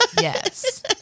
yes